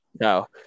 No